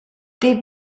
they